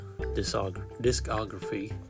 Discography